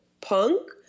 punk